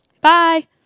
Bye